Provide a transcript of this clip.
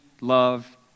love